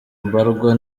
mbarwa